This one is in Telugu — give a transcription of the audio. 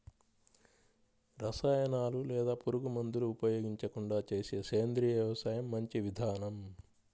రసాయనాలు లేదా పురుగుమందులు ఉపయోగించకుండా చేసే సేంద్రియ వ్యవసాయం మంచి విధానం